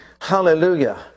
Hallelujah